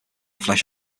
flesh